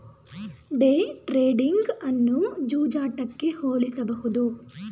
day trading ಅನ್ನು ಜೂಜಾಟಕ್ಕೆ ಹೋಲಿಸಬಹುದು